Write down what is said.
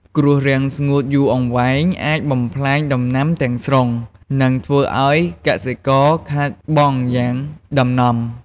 គ្រោះរាំងស្ងួតយូរអង្វែងអាចបំផ្លាញដំណាំទាំងស្រុង និងធ្វើឱ្យកសិករខាតបង់យ៉ាងដំណំ។